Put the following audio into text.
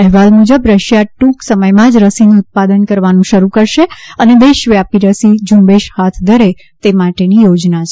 અહેવાલ મુજબ રશિયા ટ્રંક સમયમાં જ રસીનું ઉત્પાદન કરવાનું શરૂ કરશે અને દેશવ્યાપી રસી ઝુંબેશ હાથ ધરે તે માટેની યોજના છે